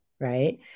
Right